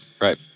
right